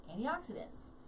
antioxidants